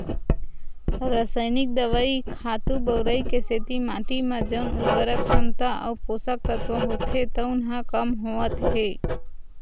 रसइनिक दवई, खातू बउरई के सेती माटी म जउन उरवरक छमता अउ पोसक तत्व होथे तउन ह कम होवत हे